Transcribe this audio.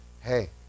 hey